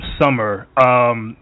summer –